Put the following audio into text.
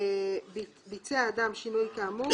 ביצע אדם שינוי כאמור,